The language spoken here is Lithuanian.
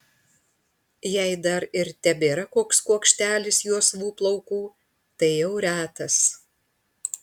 jei dar ir tebėra koks kuokštelis juosvų plaukų tai jau retas